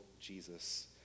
Jesus